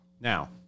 Now